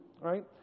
right